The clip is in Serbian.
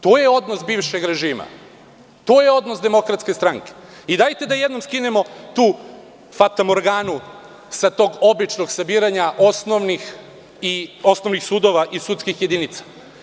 To je odnos bivšeg režima, to je odnos DS i dajte da jednom skinemo tu fatamorganu sa tog običnog sabiranja osnovnih i osnovnih sudova i sudskih jedinica.